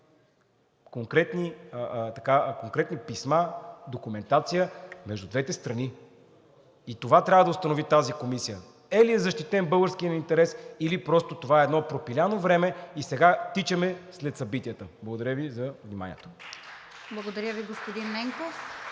конкретни писма, с документация между двете страни. Това трябва да установи тази комисия – защитен ли е българският интерес, или просто това е едно пропиляно време и сега тичаме след събитията. Благодаря Ви за вниманието. (Ръкопляскания от